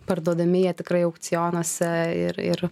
parduodami jie tikrai aukcionuose ir ir